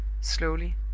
slowly